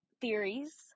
theories